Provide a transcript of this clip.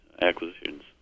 acquisitions